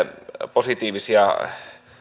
positiivisia